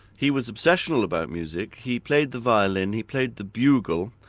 he was obsessional about music. he played the violin, he played the bugle,